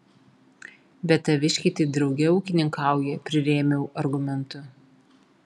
bet taviškiai tai drauge ūkininkauja prirėmiau argumentu